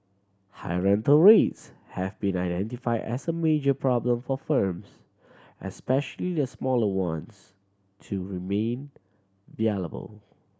high rental rates have been identified as a major problem for firms especially the smaller ones to remain